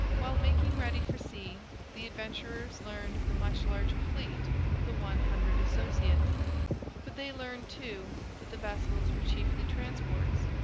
while making ready for sea the adventurers learned of the much larger fleet of the one hundred associates but they learned, too, that the vessels were chiefly transports,